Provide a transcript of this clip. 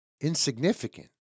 insignificant